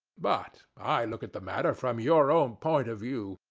but i look at the matter from your own point of view.